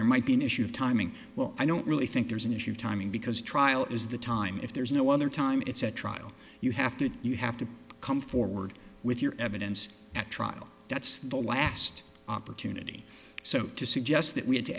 there might be an issue of timing well i don't really think there's an issue of timing because trial is the time if there's no other time it's a trial you have to you have to come forward with your evidence at trial that's the last opportunity so to suggest that we had to